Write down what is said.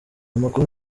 makuru